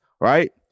right